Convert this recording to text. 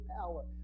power